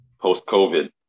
post-COVID